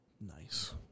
Nice